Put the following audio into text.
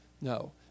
No